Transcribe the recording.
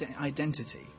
identity